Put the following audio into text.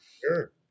Sure